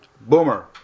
boomer